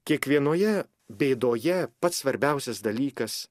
kiekvienoje bėdoje pats svarbiausias dalykas